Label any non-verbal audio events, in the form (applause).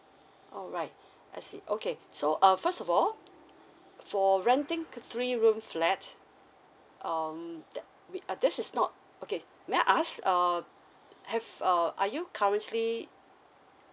alright (breath) I see okay so uh first of all for renting three room flat um that we uh this is not okay may I ask uh have uh are you currently